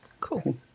Cool